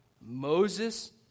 Moses